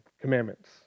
commandments